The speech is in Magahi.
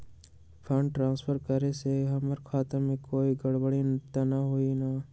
फंड ट्रांसफर करे से हमर खाता में कोई गड़बड़ी त न होई न?